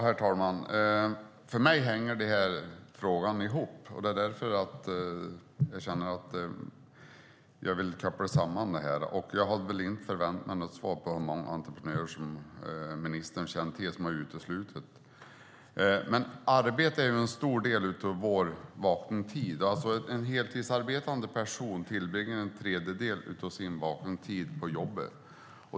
Herr talman! För mig hänger de här frågorna ihop. Jag hade väl inte förväntat mig något svar på hur många entreprenörer ministern känner till som har uteslutits. Arbete utgör en stor del av vår vakentid. En heltidsarbetande person tillbringar en tredjedel av sin vakentid på jobbet.